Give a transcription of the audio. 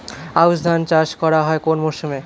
আউশ ধান চাষ করা হয় কোন মরশুমে?